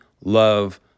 love